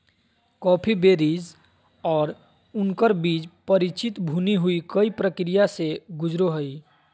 coffee berries और उनकर बीज परिचित भुनी हुई कई प्रक्रिया से गुजरो हइ